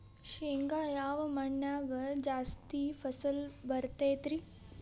ಶೇಂಗಾ ಯಾವ ಮಣ್ಣಿನ್ಯಾಗ ಜಾಸ್ತಿ ಫಸಲು ಬರತೈತ್ರಿ?